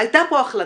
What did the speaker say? הייתה פה החלטה,